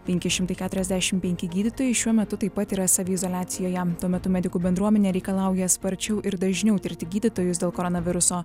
penki šimtai keturiasdešimt penki gydytojai šiuo metu taip pat yra saviizoliacijoje tuo metu medikų bendruomenė reikalauja sparčiau ir dažniau tirti gydytojus dėl koronaviruso